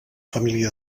família